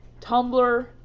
Tumblr